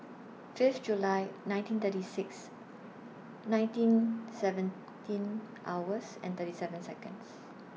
five July nineteen thirty six nineteen seventeen hours and thirty seven Seconds